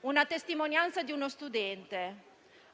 Una testimonianza di uno studente: